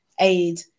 aid